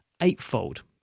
eightfold